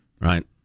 Right